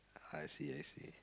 I see I see